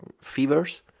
fevers